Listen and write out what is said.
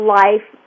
life